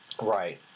Right